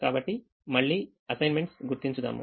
కాబట్టి మళ్ళీఅసైన్మెంట్స్నుగుర్తించుదాము